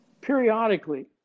periodically